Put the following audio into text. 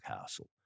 Castle